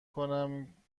کنم